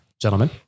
gentlemen